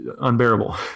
unbearable